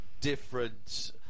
different